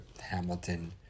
Hamilton